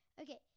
Okay